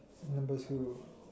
number two